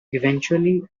eventually